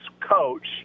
coach